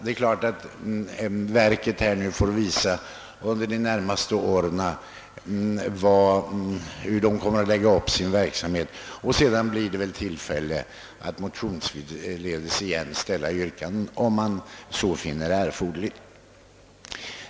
Det är klart att verket under de närmaste åren får visa hur det kommer att lägga upp sin verksamhet, och sedan blir det tillfälle att motionsledes ställa yrkanden, om man så finner erforderligt.